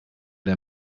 der